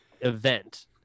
event